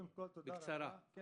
אני